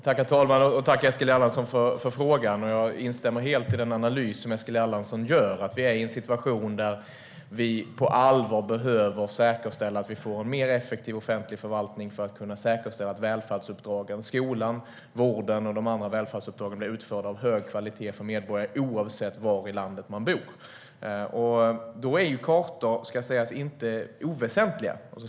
Herr talman! Tack, Eskil Erlandsson, för frågan! Jag instämmer helt i den analys som Eskil Erlandsson gör. Vi är i en situation där vi behöver säkerställa att vi får en effektivare offentlig förvaltning för att kunna säkerställa att välfärdsuppdragen - skolan, vården och de andra välfärdsuppdragen - blir utförda med hög kvalitet för medborgarna oavsett var i landet de bor. Då är, det ska sägas, kartor inte oväsentliga.